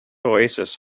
oasis